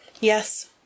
Yes